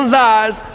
lies